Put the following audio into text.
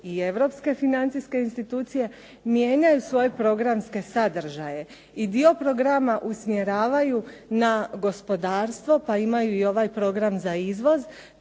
i europske financijske institucije mijenjaju svoje programske sadržaje i dio programa usmjeravaju na gospodarstvo, pa imaju ovaj program za izvoz.